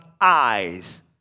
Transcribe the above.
eyes